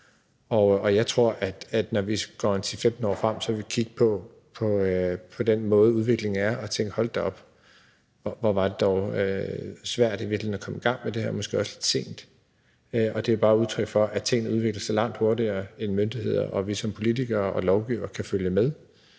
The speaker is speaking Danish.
Og jeg tror, at når vi når 10-15 år frem, så vil vi kigge på den måde, udviklingen har været, og tænke: Hold da op, hvor var det dog svært i virkeligheden at komme i gang med det her og måske også lidt sent. Det er bare udtryk for, at tingene udvikler sig langt hurtigere, end hvad myndighederne og vi som politikere og lovgivere kan følge med